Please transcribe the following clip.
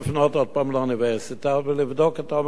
פעם לאוניברסיטה ולבדוק לעומק את הדברים.